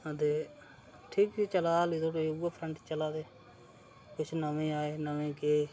हां ते ठीक ई चला दा अजें धोड़ी उ'ऐ फ्रेंड चला दे किश नमें आए नमें गे